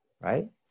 right